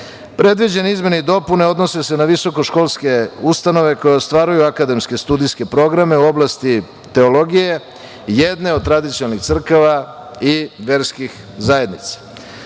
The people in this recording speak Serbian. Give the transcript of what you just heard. izmene i dopune odnose se na visokoškolske ustanove koja ostvaruju akademske studijske programe u oblasti teologije, jedne od tradicionalnih crkava i verskih zajednica.